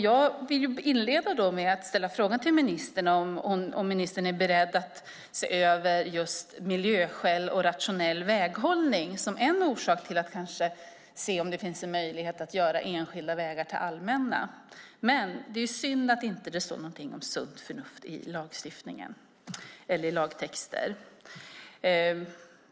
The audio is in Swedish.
Jag vill ställa frågan till ministern om hon är beredd att se över just miljöskäl och rationell väghållning som en orsak till att det finns en möjlighet att göra enskilda vägar till allmänna. Det är synd att det inte står någonting om sunt förnuft i lagtexter.